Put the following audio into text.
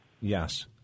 Yes